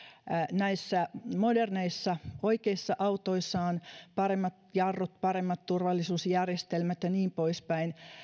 näissä moderneissa oikeissa autoissa on paremmat jarrut paremmat turvallisuusjärjestelmät ja niin poispäin